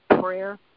prayer